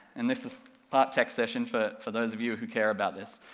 and this is part tech session for for those of you who care about this.